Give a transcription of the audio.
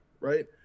Right